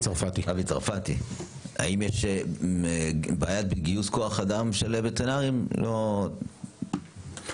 אבי צרפתי אם יש בעיה בגיוס כוח-אדם של וטרינרים או חוסר בווטרינרים.